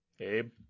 Abe